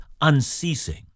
unceasing